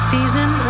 Season